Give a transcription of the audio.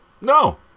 No